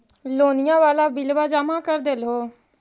लोनिया वाला बिलवा जामा कर देलहो?